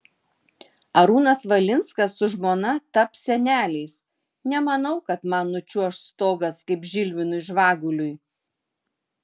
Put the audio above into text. arūnas valinskas su žmona taps seneliais nemanau kad man nučiuoš stogas kaip žilvinui žvaguliui